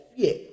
fear